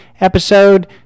episode